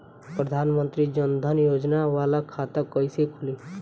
प्रधान मंत्री जन धन योजना वाला खाता कईसे खुली?